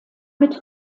mit